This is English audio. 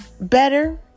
better